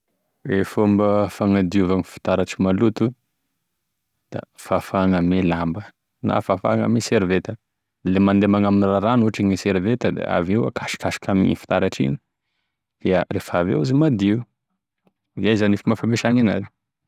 E fomba fagnadiova fitaratry maloto zany da fafagny ame lamba na fafagny ame seriveta, lemandemagny ame rano ohatra e seriveta da avy eo akasokasoka aminigny fitaratry igny da rehefa avy eo izy madio, izay zany e fomba fampesagny anazy.